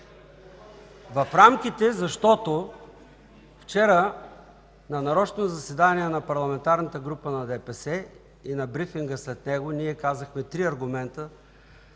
В рамките, защото вчера на нарочно заседание на Парламентарната група на ДПС и на брифинга след него ние казахме три аргумента,